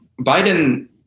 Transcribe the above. Biden